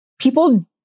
people